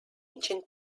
ancient